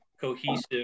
cohesive